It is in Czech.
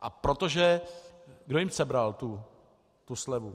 A protože kdo jim sebral tu slevu?